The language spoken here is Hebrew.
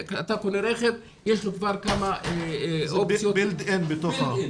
אתה קונה רכב ויש כבר כמה אופציות --- זה בִּילְד אִין בתוך הרכב.